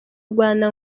rwanda